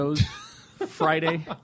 Friday